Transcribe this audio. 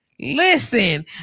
Listen